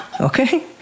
Okay